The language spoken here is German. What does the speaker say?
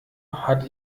hat